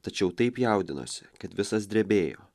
tačiau taip jaudinosi kad visas drebėjo